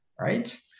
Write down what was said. right